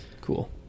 Cool